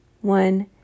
one